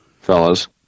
fellas